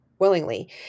willingly